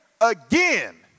again